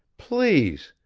please!